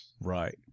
Right